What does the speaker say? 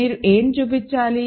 మీరు ఏమి చూపించాలి